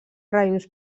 raïms